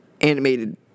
animated